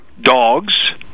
dogs